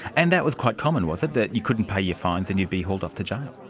and that was quite common, was it, that you couldn't pay your fines and you'd be hauled off to jail?